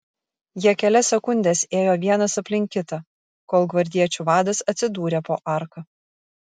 jie kelias sekundes ėjo vienas aplink kitą kol gvardiečių vadas atsidūrė po arka